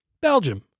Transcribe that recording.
Belgium